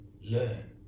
Learn